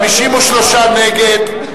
מי נגד?